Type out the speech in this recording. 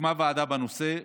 הוקמה ועדה בנושא,